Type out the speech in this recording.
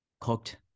cooked